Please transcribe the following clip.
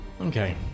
Okay